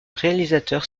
réalisateur